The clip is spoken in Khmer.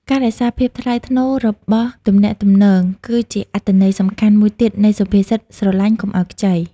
ការរក្សាភាពថ្លៃថ្នូររបស់ទំនាក់ទំនងគឺជាអត្ថន័យសំខាន់មួយទៀតនៃសុភាសិត "ស្រឡាញ់កុំឲ្យខ្ចី"។